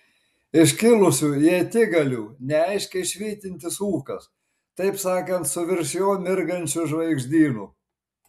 iškilusių ietigalių neaiškiai švytintis ūkas taip sakant su virš jo mirgančiu žvaigždynu